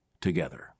together